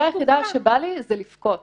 התחושה היחידה שבא לי זה לבכות